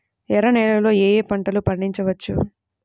ఎర్ర నేలలలో ఏయే పంటలు పండించవచ్చు?